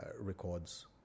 records